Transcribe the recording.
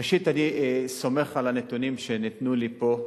ראשית, אני סומך על הנתונים שניתנו לי פה,